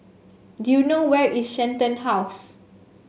do you know where is Shenton House